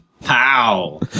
Pow